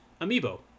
amiibo